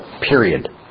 period